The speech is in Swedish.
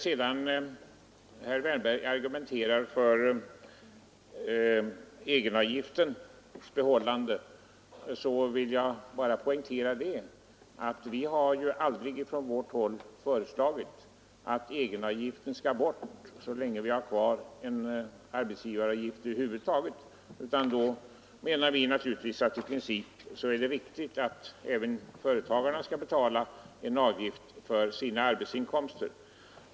Herr Wärnberg har argumenterat för egenavgiftens bibehållande, och jag vill bara poängtera att vi från vårt håll aldrig har föreslagit att egenavgiften skall bort så länge vi har kvar en arbetsgivaravgift över huvud taget. Vi anser naturligtvis att det i princip är riktigt att även företagarna skall betala en avgift för sina arbetsinkomster.